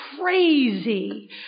crazy